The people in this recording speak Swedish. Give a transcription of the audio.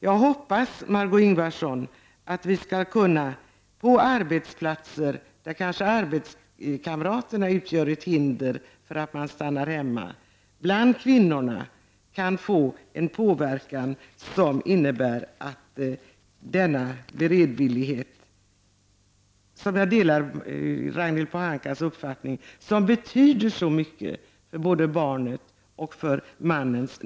Jag hoppas, Margö Ingvardsson, att vi skall kunna utöva påverkan ute på arbetsplatserna så att inte arbetskamraterna genom sin inställning utgör ett hinder för att män stannar hemma en tid då barnen är små. Jag hoppas också att kvinnorna kan påverkas så att de tillåter männen att stanna hemma. Det är en uppfattning som jag delar med Ragnhild Pohanka. Det betyder nämligen mycket för både männen och barnen.